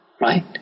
right